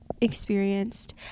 experienced